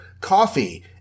coffee